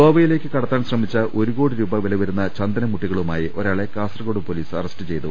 ഗോവയിലേക്ക് കടത്താൻ ശ്രമിച്ച ഒരു കോടി രൂപ വിലവരുന്ന ചന്ദനമുട്ടികളുമായി ഒരാളെ കാസർകോട് പൊലീസ് അറസ്റ്റ് ചെയ്തു